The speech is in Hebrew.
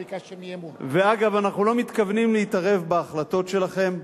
ואגב, אנחנו לא מתכוונים להתערב בהחלטות שלכם.